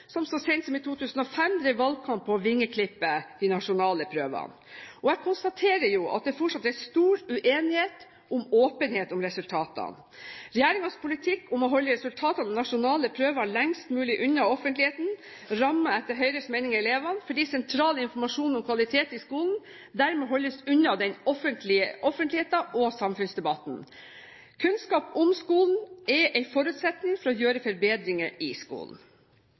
som så sent som i 2005 drev valgkamp på å vingeklippe de nasjonale prøvene. Jeg konstaterer at det fortsatt er stor uenighet om hvorvidt det skal være åpenhet om resultatene. Regjeringens politikk om å holde resultatene av nasjonale prøver lengst mulig unna offentligheten rammer etter Høyres mening elevene, fordi sentral informasjon om kvalitet i skolen dermed holdes unna offentligheten og samfunnsdebatten. Kunnskap om skolen er en forutsetning for å gjøre forbedringer i skolen.